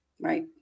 Right